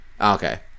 Okay